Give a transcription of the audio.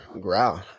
growl